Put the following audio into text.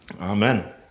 Amen